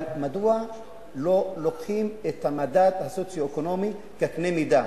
אבל מדוע לא לוקחים את המדד הסוציו-אקונומי כקנה מידה,